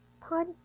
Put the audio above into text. Pod